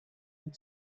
and